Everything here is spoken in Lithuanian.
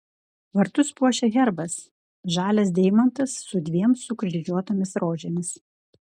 vartus puošia herbas žalias deimantas su dviem sukryžiuotomis rožėmis